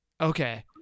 Okay